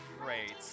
great